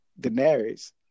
Daenerys